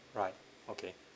right okay